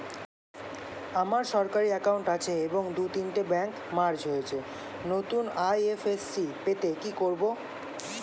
আমার সরকারি একাউন্ট আছে এবং দু তিনটে ব্যাংক মার্জ হয়েছে, নতুন আই.এফ.এস.সি পেতে কি করব?